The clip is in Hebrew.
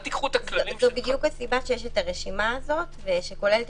זו בדיוק הסיבה שיש הרשימה הזאת שכוללת